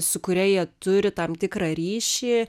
su kuria jie turi tam tikrą ryšį